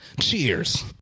Cheers